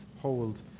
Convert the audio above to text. hold